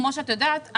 כמו שאת יודעת,